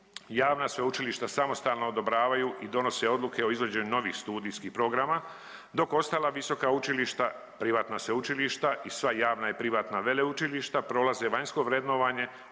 javna sveučilišta samostalno odobravaju i donose odluke o izvođenju novih studijskih programa, dok ostala visoka učilišta, privatna sveučilišta i sva javna i privatna veleučilišta prolaze vanjsko vrednovanje